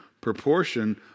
proportion